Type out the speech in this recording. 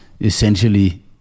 essentially